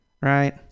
right